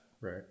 Right